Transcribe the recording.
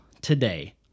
today